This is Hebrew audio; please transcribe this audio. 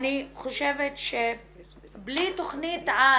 אני חושבת שבלי תכנית-על